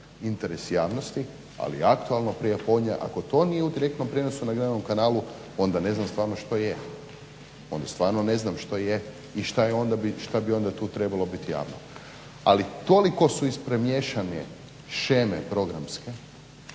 interes javnosti, ali aktualno prijepodne ako to nije u direktnom na javnom kanalu, onda ne znam što stvarno je. Onda stvarno je, i šta bi onda tu trebalo biti javno. Ali toliko su ispremiješane sheme programske,